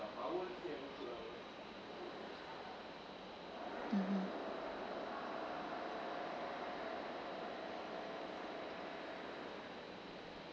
mmhmm